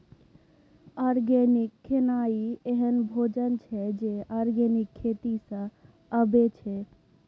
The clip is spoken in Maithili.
आर्गेनिक खेनाइ एहन भोजन छै जे आर्गेनिक खेती सँ अबै छै